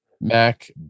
Mac